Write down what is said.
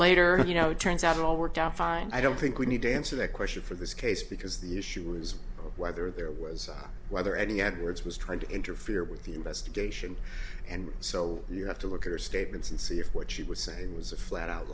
later you know it turns out it all worked out fine i don't think we need to answer that question for this case because the issue was whether there was whether any edwards was trying to interfere with the investigation and so you have to look at her statements and see if what she was saying was a flat out